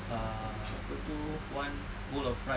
ah apa tu one bowl of rice